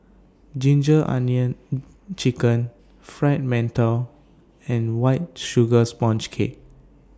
Ginger Onions Chicken Fried mantou and White Sugar Sponge Cake